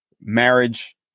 marriage